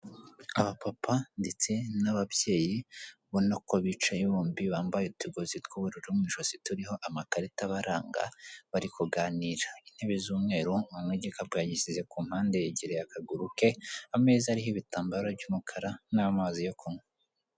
Abapapa ndetse n'ababyeyi ubona ko bicaye bombi bambaye utugozi tw'ubururu mu ijosi turiho amakarita abaranga bari kuganira, intebe z'umweru umuntu umwe igikapu yagishyize ku mpande yegereye akaguru ke, ameza ariho ibitambaro by'umukara n'amazi yo kunywa.